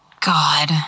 God